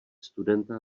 studenta